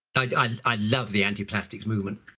like i i love the anti-plastics movement.